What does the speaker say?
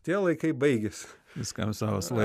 tie laikai baigėsi viskam savas na